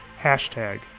hashtag